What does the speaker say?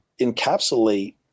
encapsulate